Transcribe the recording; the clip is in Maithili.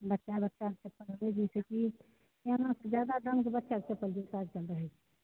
बच्चा बच्चाके चप्पल भेलै जैसेकी सिआनासँ जादा दामके बच्चाके चप्पल जुत्ता सब रहै छै